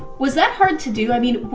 was that hard to do? i mean,